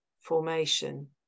formation